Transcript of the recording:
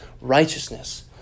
righteousness